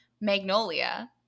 Magnolia